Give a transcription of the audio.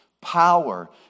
power